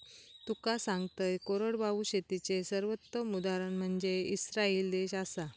तुका सांगतंय, कोरडवाहू शेतीचे सर्वोत्तम उदाहरण म्हनजे इस्राईल देश आसा